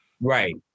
Right